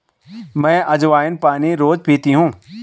मैं अज्वाइन पानी रोज़ पीती हूँ